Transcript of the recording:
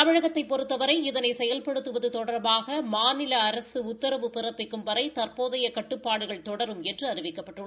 தமிழகத்தைப் பொறுத்தவரை இதனை செயல்படுத்துவது தொடா்பாக மாநில அரசு உத்தரவு பிறப்பிக்கும் வரை தற்போதைய கட்டுப்பாடுகள் தொடரும் என்று அறிவிக்கப்பட்டுள்ளது